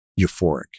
euphoric